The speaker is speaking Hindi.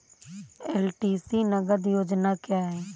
एल.टी.सी नगद योजना क्या है?